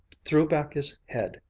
threw back his head,